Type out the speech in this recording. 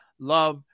love